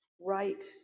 right